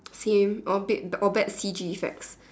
same orbit the or bet C_G set